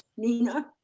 nina. i.